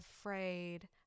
afraid